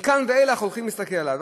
מכאן ואילך הולכים להסתכל הלאה.